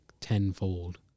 tenfold